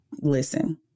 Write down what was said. listen